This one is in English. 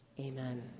Amen